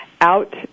out